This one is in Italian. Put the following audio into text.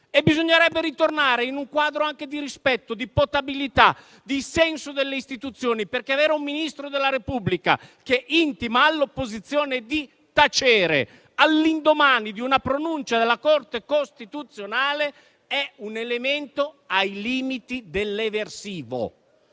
Bisognerebbe ritornare in un quadro di rispetto e di senso delle istituzioni, perché avere un Ministro della Repubblica che intima all'opposizione di tacere all'indomani di una pronuncia della Corte costituzionale è un elemento ai limiti dell'eversivo.